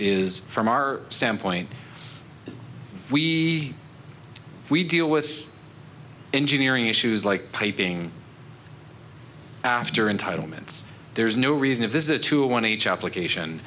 is from our standpoint we we deal with engineering issues like piping after entitlements there's no reason a visit to one each application